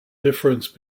difference